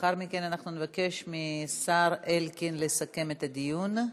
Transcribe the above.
לאחר מכן נבקש מהשר אלקין לסכם את הדיון.